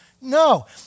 No